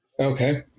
Okay